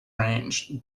range